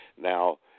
now